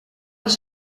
las